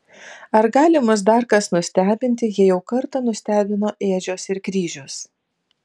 ar gali mus dar kas nustebinti jei jau kartą nustebino ėdžios ir kryžius